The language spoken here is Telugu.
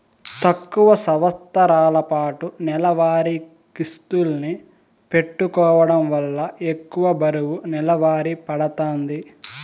తక్కువ సంవస్తరాలపాటు నెలవారీ కిస్తుల్ని పెట్టుకోవడం వల్ల ఎక్కువ బరువు నెలవారీ పడతాంది